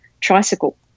Tricycle